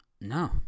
No